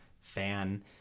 fan